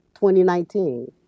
2019